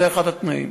זה אחד התנאים.